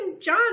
John